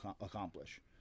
accomplish